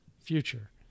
future